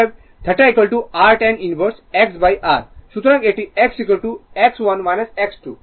সুতরাং এটি X X1 X2